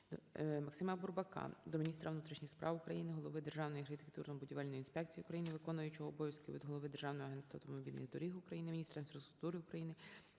МаксимаБурбака до Міністра внутрішніх справ України, голови Державної архітектурно-будівельної інспекції України, виконуючого обов'язків Голови Державного агентства автомобільних доріг України, Міністра інфраструктури України